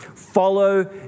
follow